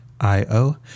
io